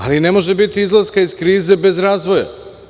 Ali, ne može biti izlaska iz krize bez razvoja.